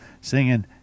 singing